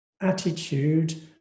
attitude